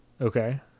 Okay